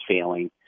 failing